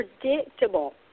predictable